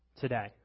today